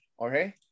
Okay